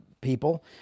people